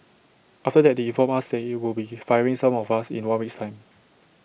after that they informed us they would be firing some of us in one week's time